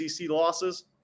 losses